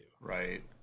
Right